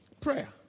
Prayer